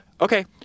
okay